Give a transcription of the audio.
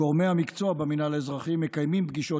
גורמי המקצוע במינהל האזרחי מקיימים פגישות